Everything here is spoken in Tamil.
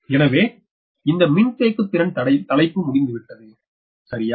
எனவே இந்த மின்தேக்குத்திறன் தலைப்பு முடிந்துவிட்டது சரியா